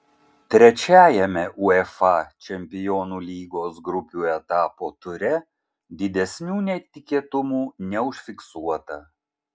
trečiajame uefa čempionų lygos grupių etapo ture didesnių netikėtumų neužfiksuota